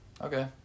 okay